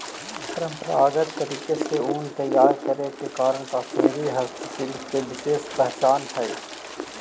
परम्परागत तरीका से ऊन तैयार करे के कारण कश्मीरी हस्तशिल्प के विशेष पहचान हइ